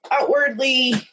outwardly